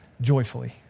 joyfully